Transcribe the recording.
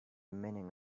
meaning